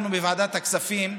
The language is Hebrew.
אנחנו בוועדת הכספים,